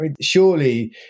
surely